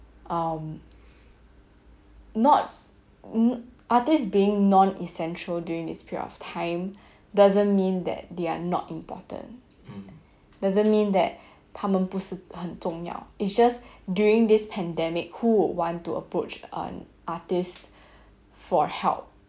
um not n~ artists being non essential during this period of time doesn't mean that they are not important doesn't mean that 他们不是很重要 it's just during this pandemic who would want to approach an artist for help